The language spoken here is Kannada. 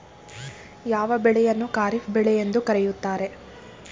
ಯಾವ ಬೆಳೆಯನ್ನು ಖಾರಿಫ್ ಬೆಳೆ ಎಂದು ಕರೆಯುತ್ತಾರೆ?